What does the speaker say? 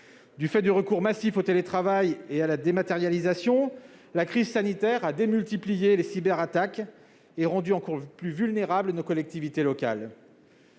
Du fait du recours massif au télétravail et à la dématérialisation, la crise sanitaire a démultiplié les cyberattaques et rendu encore plus vulnérables nos collectivités locales.